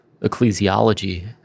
ecclesiology